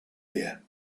year